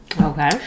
Okay